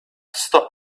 stop